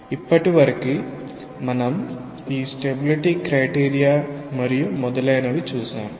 ఇప్పటి వరకు మనం ఈ స్టెబిలిటీ క్రైటీరియా మరియు మొదలైనవి చూసాం